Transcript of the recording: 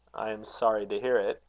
i am sorry to hear it,